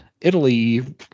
Italy